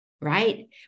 right